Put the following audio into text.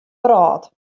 wrâld